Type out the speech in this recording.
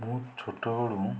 ମୁଁ ଛୋଟ ବେଳୁ